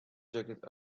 jacket